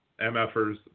MFers